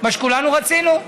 מה שכולנו רצינו.